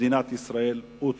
למדינת ישראל, טועה.